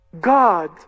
God